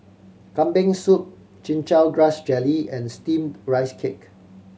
Kambing Soup Chin Chow Grass Jelly and Steamed Rice Cake